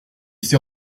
c’est